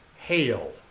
hail